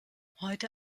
heute